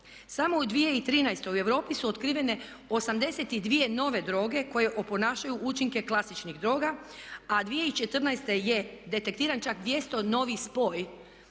Samo u 2013. u Europi su otkrivene 83 nove droge koje oponašaju učinke klasičnih droga a 2014. je detektiran čak 200 novi spoj,